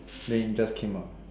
dangers came out